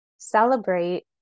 Celebrate